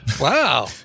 Wow